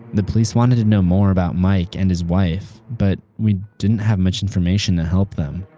the police wanted to know more about mike and his wife, but we didn't have much information to help them,